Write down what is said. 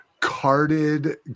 carded